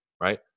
right